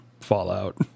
Fallout